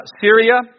Syria